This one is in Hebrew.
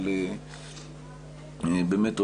באמת,